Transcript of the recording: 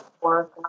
work